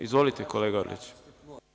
Izvolite, kolega Orliću.